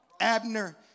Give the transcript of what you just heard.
Abner